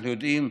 אנחנו יודעים,